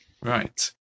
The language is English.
Right